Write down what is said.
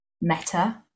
meta